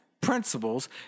Principles